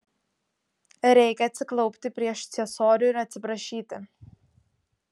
reikia atsiklaupti prieš ciesorių ir atsiprašyti